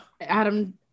Adam